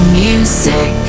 music